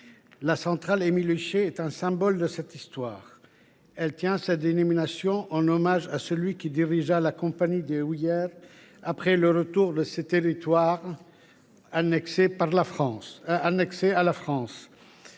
La centrale Émile Huchet est un symbole de cette histoire. Sa dénomination est un hommage à celui qui dirigea la compagnie des houillères après le retour de ces territoires annexés à la France.